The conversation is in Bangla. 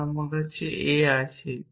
কারণ আমার a আছে